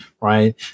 right